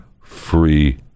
free